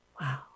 Wow